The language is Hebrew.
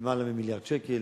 למעלה ממיליארד שקל,